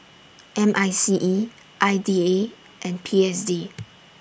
M I C E I D A and P S D